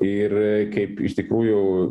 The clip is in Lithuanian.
ir kaip iš tikrųjų